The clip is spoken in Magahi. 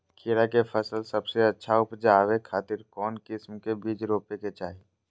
खीरा के फसल सबसे अच्छा उबजावे खातिर कौन किस्म के बीज रोपे के चाही?